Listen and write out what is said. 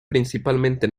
principalmente